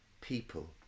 people